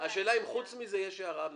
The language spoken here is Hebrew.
השאלה האם חוץ מזה יש הערה נוספת.